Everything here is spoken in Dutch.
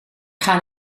gaan